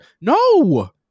No